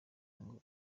ngo